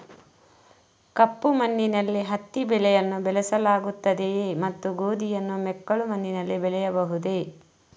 ಕಪ್ಪು ಮಣ್ಣಿನಲ್ಲಿ ಹತ್ತಿ ಬೆಳೆಯನ್ನು ಬೆಳೆಸಲಾಗುತ್ತದೆಯೇ ಮತ್ತು ಗೋಧಿಯನ್ನು ಮೆಕ್ಕಲು ಮಣ್ಣಿನಲ್ಲಿ ಬೆಳೆಯಬಹುದೇ?